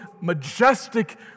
majestic